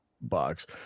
box